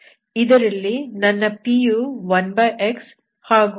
p ಯು 1x